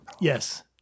Yes